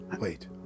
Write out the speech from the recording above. wait